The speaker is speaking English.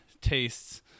tastes